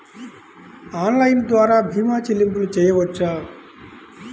Online ద్వార భీమా చెల్లింపులు చేయవచ్చా?